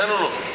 כן או לא?